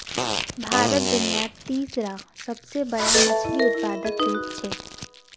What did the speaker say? भारत दुनियार तीसरा सबसे बड़ा मछली उत्पादक देश छे